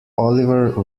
oliver